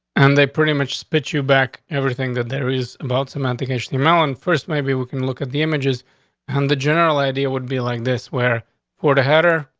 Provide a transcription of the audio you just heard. and they pretty much spit you back. everything that there is about semantic ation melon first, maybe we can look at the images on the general idea would be like this. where for the header.